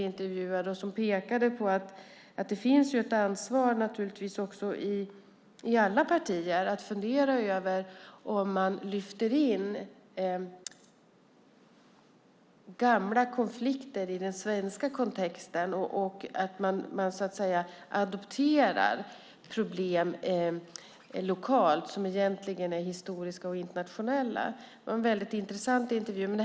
Hon pekade på att det finns ett ansvar i alla partier att fundera över om man lyfter in gamla konflikter i den svenska kontexten och adopterar problem lokalt som egentligen är historiska och internationella. Det var en väldigt intressant intervju.